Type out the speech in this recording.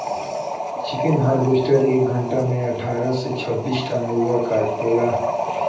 chicken harvester एक घंटा में अठारह से छब्बीस टन मुर्गा काट देला